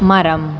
மரம்